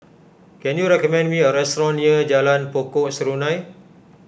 can you recommend me a restaurant near Jalan Pokok Serunai